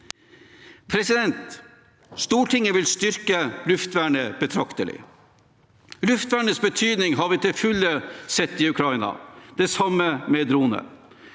det slik. Stortinget vil styrke luftvernet betraktelig. Luftvernets betydning har vi til fulle sett i Ukraina. Det samme gjelder droner.